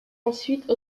ensuite